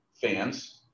fans